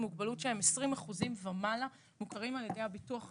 מוגבלות שהם 20% ומעלה ומוכרים על-ידי הביטוח הלאומי.